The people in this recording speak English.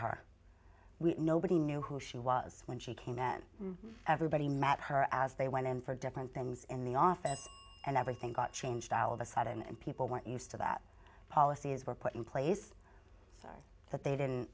we nobody knew who she was when she came and everybody mad her as they went in for different things in the office and everything got changed all of a sudden and people weren't used to that policies were put in place so that they didn't